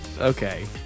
Okay